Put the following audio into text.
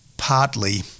partly